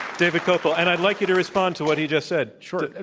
david kopel. and i'd like you to respond to what he just said. sure.